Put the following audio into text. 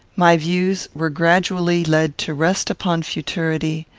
my views were gradually led to rest upon futurity,